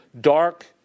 dark